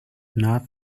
not